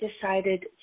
decided